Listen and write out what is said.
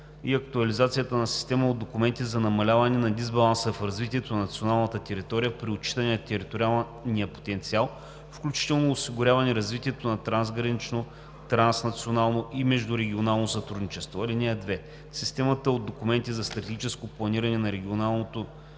и актуализацията на система от документи за намаляване на дисбаланса в развитието на националната територия при отчитане на териториалния потенциал, включително осигуряване развитието на трансгранично, транснационално и междурегионално сътрудничество. (2) Системата от документи за стратегическо планиране на регионалното